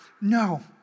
No